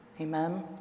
Amen